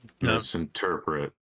misinterpret